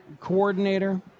coordinator